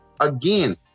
again